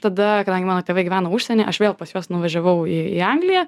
tada kadangi mano tėvai gyveno užsieny aš vėl pas juos nuvažiavau į angliją